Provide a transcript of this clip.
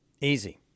easy